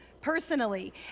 personally